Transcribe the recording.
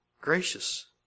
gracious